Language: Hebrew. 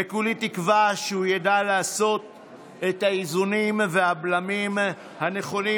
וכולי תקווה שהוא ידע לעשות את האיזונים והבלמים הנכונים,